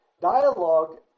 Dialogue